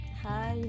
hi